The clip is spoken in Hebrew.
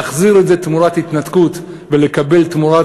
להחזיר את זה תמורת התנתקות ולקבל תמורת